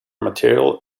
material